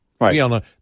right